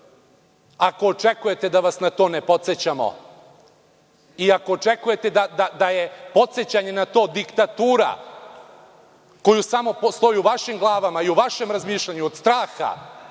očekujete da vas na to ne podsećamo i ako očekujete da je podsećanje na to diktatura koja postoji samo u vašim glavama i u vašem razmišljanju od straha